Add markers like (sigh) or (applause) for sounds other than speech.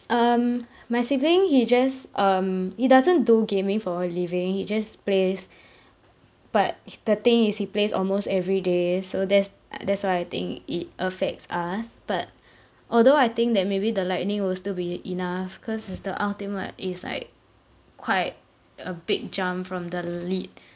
um my sibling he just um he doesn't do gaming for a living he just plays but (noise) the thing is he plays almost everyday so that's uh that's why I think it affects us but although I think that maybe the lightning will still be e~ enough cause is the ultimate is like quite a big jump from the lite